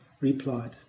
replied